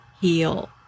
heal